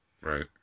Right